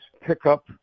pickup